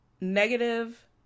negative